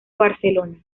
barcelona